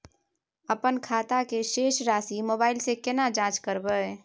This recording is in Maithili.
अपन खाता के शेस राशि मोबाइल से केना जाँच करबै?